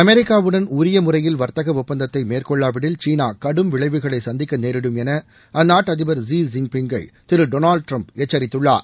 அமெரிக்காவுடன் உரிய முறையில் வர்த்தக ஒப்பந்தத்தை மேற்கொள்ளவிடில் சீனா கடும் விளைவுகளை சந்திக்க நேரிடும் என அந்நாட்டு அதிபர் ஸி ஜின்பிங்கை திரு டொனால்டு டிரம்ப் எச்சரித்துள்ளார்